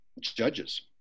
judges